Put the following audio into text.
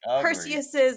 perseus's